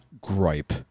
gripe